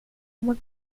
uma